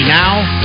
now